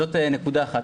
זאת נקודה אחת.